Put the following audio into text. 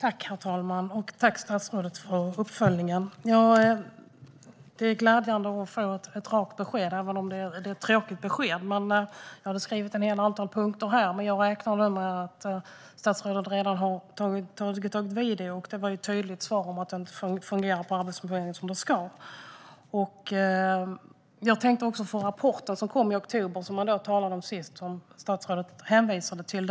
Herr talman! Tack, statsrådet, för uppföljningen! Det är glädjande att få ett rakt besked, även om det är ett tråkigt besked. Jag hade skrivit ned ett antal punkter, men jag räknar nu med att statsrådet redan har tagit tag i detta. Det var ett tydligt svar om att det inte fungerar på Arbetsförmedlingen som det ska. Jag tänker på den rapport som kom i oktober som vi talade om sist och som statsrådet hänvisade till.